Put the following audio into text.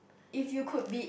if you could be